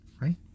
right